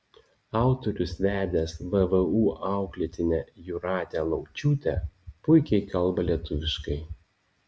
autorius vedęs vvu auklėtinę jūratę laučiūtę puikiai kalba lietuviškai